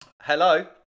Hello